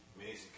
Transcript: Amazing